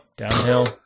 Downhill